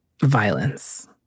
violence